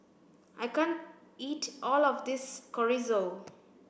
I can't eat all of this Chorizo